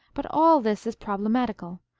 but all this is problematical.